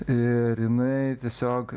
ir jinai tiesiog